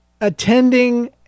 attending